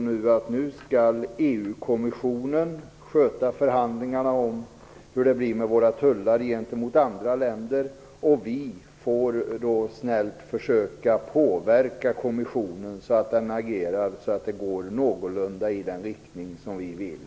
Nu skall EU-kommissionen sköta förhandlingarna som avgör hur det blir med våra tullar gentemot andra länder, och vi får då snällt försöka påverka kommissionen så att den agerar så att det går någorlunda i den riktning som vi vill.